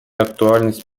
актуальность